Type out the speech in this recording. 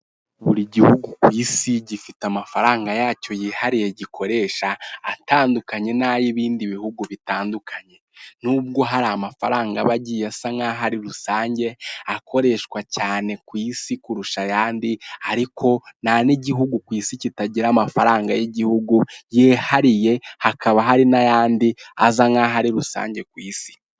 Buri gihugu ku isi gifite amafaranga yacyo yihariye gikoresha atandukanye n'ay'ibindi bihugu bitandukanye, nubwo' hari amafaranga abagiye asa nk'aho ari rusange akoreshwa cyane ku isi kurusha ayandi ariko nta n'igihugu ku isi kitagira amafaranga y'igihugu yihariye hakaba hari n'ayandi aza nk'aho ari rusange ku isi.